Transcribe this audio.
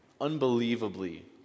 unbelievably